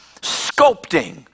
sculpting